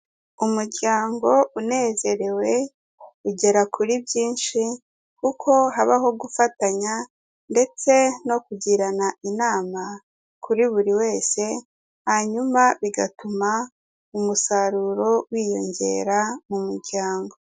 Umuryango unezerewe ugera kuri byinshi kuko habaho gufatanya ndetse no kugirana inama kuri buri wese, hanyuma bigatuma umusaruro wiyongera mu muryango.